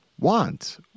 want